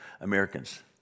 Americans